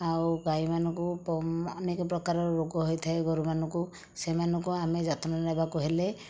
ଆଉ ଗାଈମାନଙ୍କୁ ଅନେକ ପ୍ରକାର ରୋଗ ହୋଇଥାଏ ଗୋରୁମାନଙ୍କୁ ସେମାନଙ୍କୁ ଆମେ ଯତ୍ନ ନେବାକୁ ହେଲେ